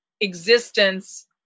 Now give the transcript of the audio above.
existence